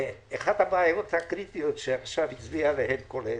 אחת הבעיות הקריטיות שעכשיו הצביעה עליהן קולט